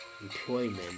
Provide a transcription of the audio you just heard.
employment